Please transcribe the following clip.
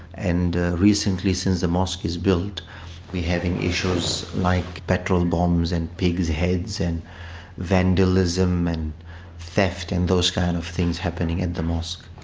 and recently since the mosque was built we're having issues like petrol bombs and pigs' heads and vandalism and theft and those kind of things happening at the mosque.